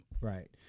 right